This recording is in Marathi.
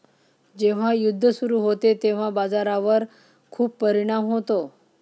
जेव्हा युद्ध सुरू होते तेव्हा बाजारावर खूप परिणाम होतो